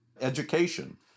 Education